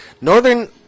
Northern